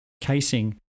casing